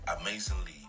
Amazingly